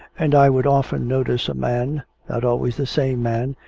and i would often notice a man not always the same man,